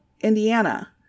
Indiana